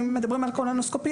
אם מדברים על קולונוסקופיה,